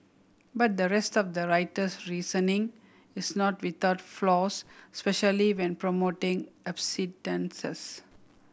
but the rest of the writer's reasoning is not without flaws especially when promoting abstinence